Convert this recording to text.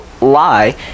lie